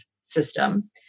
system